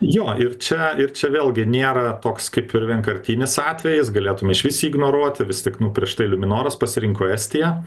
jo ir čia ir čia vėlgi nėra toks kaip ir vienkartinis atvejis galėtum išvis jį ignoruot vis tik nu prieš tai liuminoras pasirinko estiją